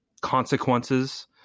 consequences